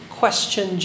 question